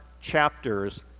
chapters